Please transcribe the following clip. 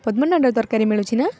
ପଦ୍ନନାଡ଼ ତରକାରୀ ମିଳୁଛି ନା